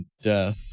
death